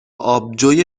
آبجوی